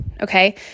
Okay